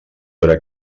veure